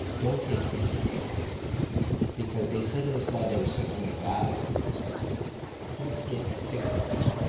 don't take any specimens because they suddenly saw there was some kind of value to these specimens but they couldn't get a fix on them.